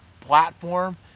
Platform